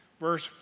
Verse